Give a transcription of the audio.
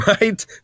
right